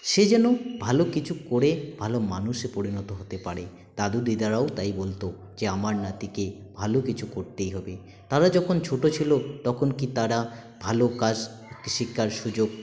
সে যেন ভালো কিছু করে ভালো মানুষে পরিণত হতে পারে দাদু দিদারাও তাই বলতো যে আমার নাতিকে ভালো কিছু করতেই হবে তারা যখন ছোটো ছিলো তখন কী তারা ভালো কাজ শিক্ষার সুযোগ